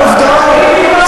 בוא נדבר על העובדות.